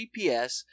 GPS